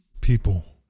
people